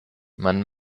man